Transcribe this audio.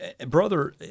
Brother